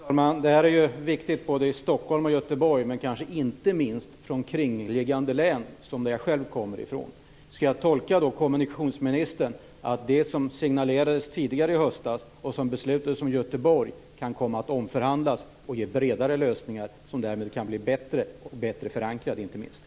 Fru talman! Detta är viktigt för Stockholm och Göteborg, men inte minst för kringliggande län - som jag själv kommer från. Skall jag tolka kommunikationsministern att det som signalerades tidigare i höstas och som beslutades om Göteborg kan komma att omförhandlas och ge bredare och bättre förankrade lösningar?